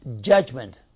judgment